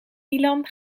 milan